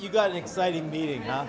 you got an exciting meeting now